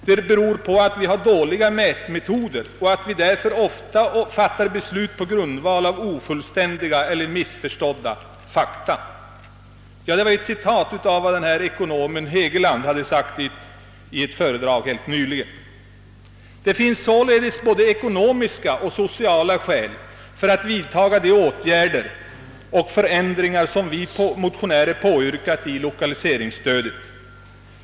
Det beror på att vi har dåliga mätmetoder, och att vi därför ofta fattar beslut på grundval av ofullständiga eller missförstådda fakta.» Det finns således både ekonomiska och sociala skäl för att vidtaga de åtgärder och förändringar som vi motionärer påyrkat i fråga om lokaliseringsstödet.